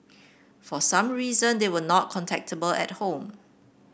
for some reason they were not contactable at home